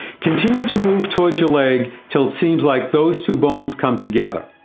continue to move towards your leg till it seems like those two bones come together.